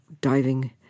diving